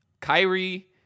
Kyrie